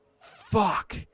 Fuck